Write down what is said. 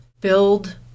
build